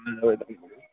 থাকবে